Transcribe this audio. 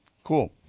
cool.